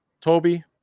Toby